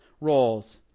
roles